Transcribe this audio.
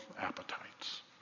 appetites